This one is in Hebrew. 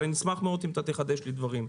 אבל אשמח מאוד אם תחדש לי דברים.